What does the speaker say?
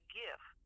gift